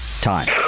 Time